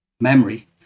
memory